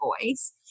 voice